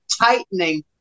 tightening